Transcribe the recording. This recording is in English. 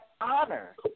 honor